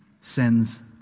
sends